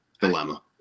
dilemma